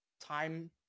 time